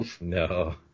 No